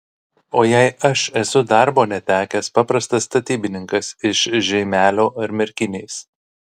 o jei aš esu darbo netekęs paprastas statybininkas iš žeimelio ar merkinės